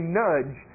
nudge